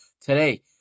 today